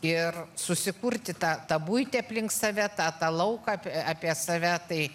ir susikurti tą tą buitį aplink save tą tą lauką apie save tai